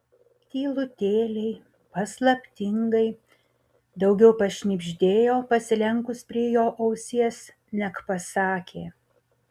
tylutėliai paslaptingai daugiau pašnibždėjo pasilenkus prie jo ausies neg pasakė